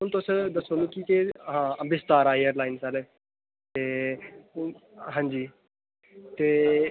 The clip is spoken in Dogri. हून तुस दस्सो मिकी कि हां विस्तारा एयरलाइनज आह्ले ते हून हांजी ते